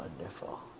wonderful